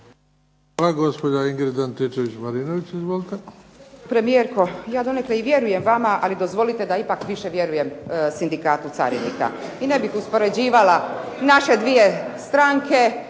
Izvolite. **Antičević Marinović, Ingrid (SDP)** Premijerko, ja donekle i vjerujem vama ali dozvolite da ipak više vjerujem Sindikatu carinika. I ne bih uspoređivala naše dvije stranke,